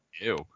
Ew